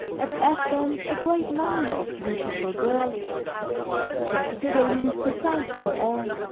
at athens a great number of beautiful girls praxiteles designed them all,